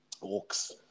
walks